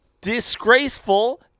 disgraceful